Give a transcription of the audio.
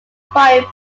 firing